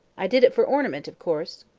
i did it for ornament, of course.